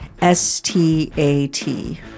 S-T-A-T